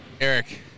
Eric